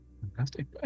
fantastic